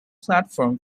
platform